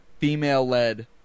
female-led